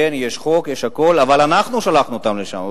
כן, יש חוק, יש הכול, אבל אנחנו שלחנו אותם לשם.